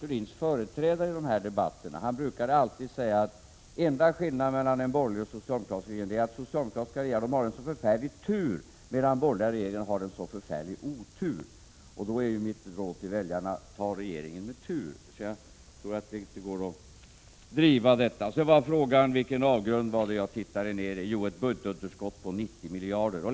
Hennes föregångare i de här debatterna brukade alltid säga att den enda skillnaden mellan en borgerlig och en socialdemokratisk regering är att de socialdemokratiska regeringarna har en så förfärlig tur, medan de borgerliga regeringarna har en så förfärlig otur. Med tanke på det är mitt råd till väljarna att ta en regering med tur. Det frågades vidare vilken avgrund det var som jag tittade nedi. Jo, det var ett budgetunderskott på 90 miljarder.